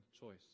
choice